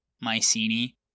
Mycenae